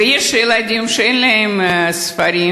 ויש ילדים שאין להם ספרים,